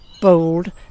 bold